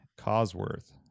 Cosworth